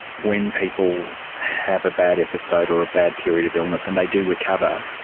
when people have a bad episode or a bad period of illness and they do recover,